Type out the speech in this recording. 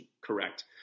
correct